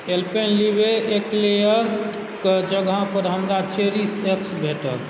Alpenliebe eclairs क जगह पर हमरा चेरिश एक्स भेटल